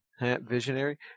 visionary